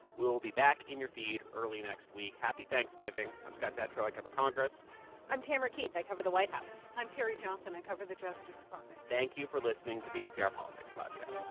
we'll be back in your feed early next week. happy thanksgiving. i'm scott detrow. i cover congress i'm tamara keith. i cover the white house i'm carrie johnson. i cover the justice department thank you for listening to the npr politics podcast